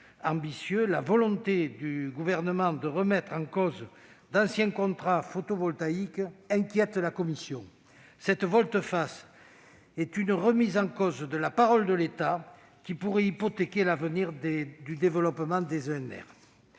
ambitieux, la volonté du Gouvernement de remettre en cause d'anciens contrats photovoltaïques inquiète la commission. Cette volte-face est une remise en cause de la parole de l'État, qui pourrait hypothéquer l'avenir du développement des EnR.